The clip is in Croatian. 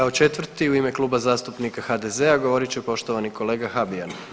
Kao četvrti u ime Kluba zastupnika HDZ-a govorit će poštovani kolega Habijan.